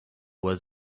was